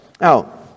Now